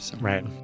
Right